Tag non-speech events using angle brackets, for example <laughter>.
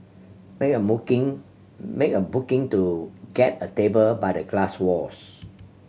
make a <unintelligible> make a booking to get a table by the glass walls